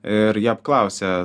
ir jie apklausė